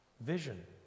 vision